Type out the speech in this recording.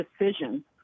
decision